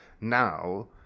now